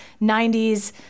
90s